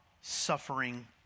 suffering